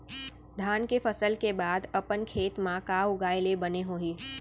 धान के फसल के बाद अपन खेत मा का उगाए ले बने होही?